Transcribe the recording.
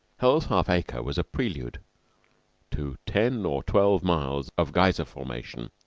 hell's half-acre was a prelude to ten or twelve miles of geyser formation.